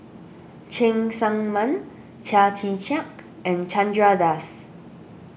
Cheng Tsang Man Chia Tee Chiak and Chandra Das